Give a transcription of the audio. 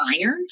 iron